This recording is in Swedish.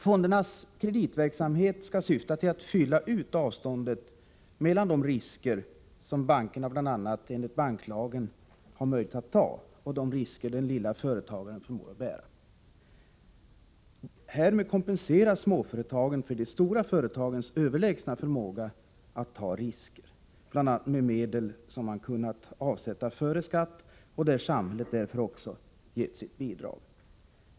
Fondernas kreditverksamhet skulle kunna syfta till att fylla ut avståndet mellan de risker som bankerna bl.a. enligt banklagen har möjlighet att ta och de risker som den lilla företagaren förmår att bära. Härmed kompenseras småföretagen för de stora företagens överlägsna förmåga att ta risker, bl.a. med medel som man kunnat avsätta före skatt och där samhället därför också gett sitt bidrag.